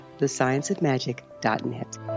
thescienceofmagic.net